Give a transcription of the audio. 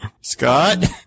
Scott